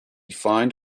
fined